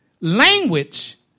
language